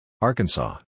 Arkansas